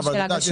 אבל את יודעת,